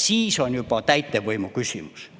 Siis on see juba täitevvõimu küsimus.